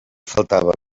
faltava